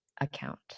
account